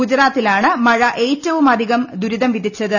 ഗുജറാത്തിലാണ് മഴ ഏറ്റവുമധികം ദുരിതം വിതച്ചത്